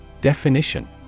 Definition